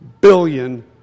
billion